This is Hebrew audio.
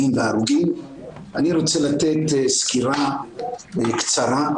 אני רוצה לתת סקירה קצרה,